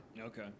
Okay